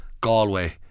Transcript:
Galway